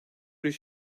bir